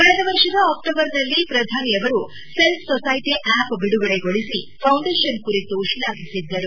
ಕಳೆದ ವರ್ಷದ ಅಕ್ಟೋಬರ್ ನಲ್ಲಿ ಪ್ರಧಾನಿ ಅವರು ಸೆಲ್ಫ್ ಸೋಸೈಟಿ ಆಪ್ ಬಿಡುಗಡೆಗೊಳಿಸಿ ಫೌಂಡೇಷನ್ ಕುರಿತು ಶ್ಲಾಘಿಸಿದ್ದರು